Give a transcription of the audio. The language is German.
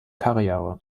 karriere